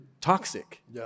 toxic